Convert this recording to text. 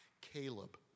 Caleb